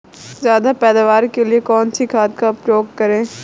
ज्यादा पैदावार के लिए कौन सी खाद का प्रयोग करें?